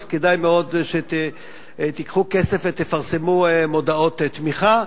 אז כדאי מאוד שתיקחו כסף ותפרסמו מודעות תמיכה,